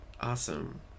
Awesome